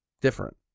Different